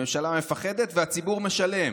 הממשלה מפחדת והציבור משלם.